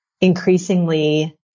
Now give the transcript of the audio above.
increasingly